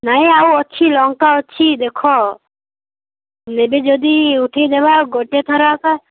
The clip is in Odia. ନାଇଁ ଆଉ ଅଛି ଲଙ୍କା ଅଛି ଦେଖ ନେବେ ଯଦି ଉଠେଇ ଦେବା ଗୋଟେ ଥର ଏକା